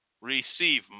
receive